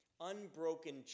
unbroken